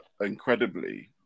incredibly